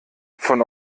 von